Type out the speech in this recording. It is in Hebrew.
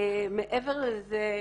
מעבר לזה,